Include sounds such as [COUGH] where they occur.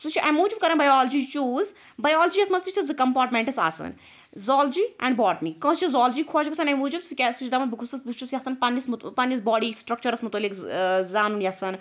سُہ چھُ اَمہِ موٗجوب کران بیالجی چیٛوٗز بیالجی یِس مَنٛز تہِ چھِ زٕ کَپمارٹمیٚنٹٕس آسان زۄالجی اینٛڈ بواٹنی کٲنٛسہِ چھِ زوالجی خۄش گَژھان اَمہِ موٗجوب سُہ [UNINTELLIGIBLE] سُہ چھُ دپَن بہٕ گوٚژھُس بہٕ چھُس یژھان پَننِس [UNINTELLIGIBLE] پننِس باڈی سٹرکچَرَس متعلق ٲں زانُن یَژھان